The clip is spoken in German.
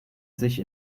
sich